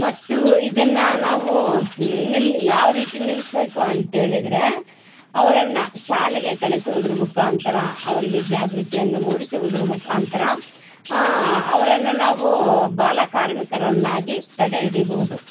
ಮತ್ತು ಇದನ್ನು ನಾವು ನಿಲ್ಲು ಯಾವ ರೀತಿ ನಿಲ್ಲಿಸ್ಬೇಕು ಅಂತೇಳಿದರೆ ಅವ್ರನ್ನು ಶಾಲೆಗೆ ಕಳಿಸೋದ್ರ್ ಮುಖಾಂತರ ಅವರಿಗೆ ಜಾಗೃತಿಯನ್ನು ಮೂಡಿಸುವುದರ ಮುಖಾಂತ್ರ ಅವ್ರನ್ನು ನಾವು ಬಾಲಕಾರ್ಮಿಕರನ್ನಾಗಿ ತಡೆ ಹಿಡಿಬೋದು